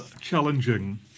challenging